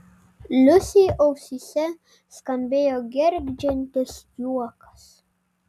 liusei ausyse skambėjo gergždžiantis juokas